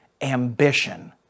ambition